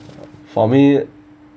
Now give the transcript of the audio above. for me